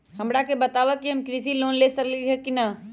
हमरा के बताव कि हम कृषि लोन ले सकेली की न?